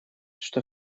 что